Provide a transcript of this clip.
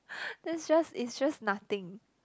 it's just it's just nothing